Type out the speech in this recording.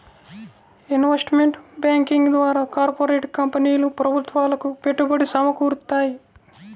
investment banking ద్వారా corporate కంపెనీలు ప్రభుత్వాలకు పెట్టుబడి సమకూరుత్తాయి